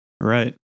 Right